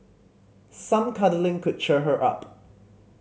some cuddling could cheer her up